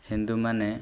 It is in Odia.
ହିନ୍ଦୁମାନେ